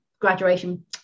graduation